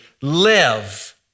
live